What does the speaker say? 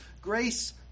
grace